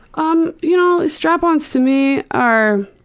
um you know ah strap-ons to me are